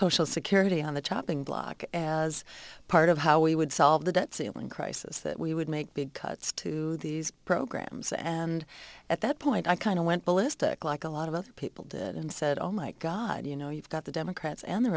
social security on the chopping block as part of how we would solve the debt ceiling crisis that we would make big cuts to these programs and at that point i kind of went ballistic like a lot of other people did and said oh my god you know you've got the democrats and